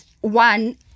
one